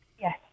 Yes